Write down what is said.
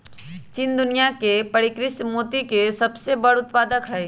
चीन दुनिया में परिष्कृत मोती के सबसे बड़ उत्पादक हई